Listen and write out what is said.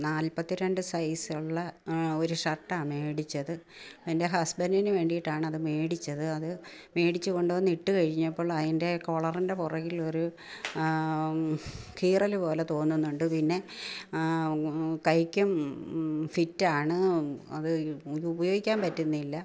നാൽപ്പത്തി രണ്ട് സൈസുള്ള ഒരു ഷർട്ടാ മേടിച്ചത് എൻ്റെ ഹസ്ബൻറ്റിനു വേണ്ടീട്ടാണത് മേടിച്ചത് അത് മേടിച്ചു കൊണ്ടുവന്ന് ഇട്ട് കഴിഞ്ഞപ്പോൾ അതിൻ്റെ കോളറിൻ്റെ പുറകിലൊരു കീറലു പോലേ തോന്നുന്നുണ്ട് പിന്നെ കൈക്കും ഫിറ്റാണ് അത് അത് ഉപയോഗിക്കാൻ പറ്റുന്നില്ല